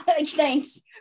thanks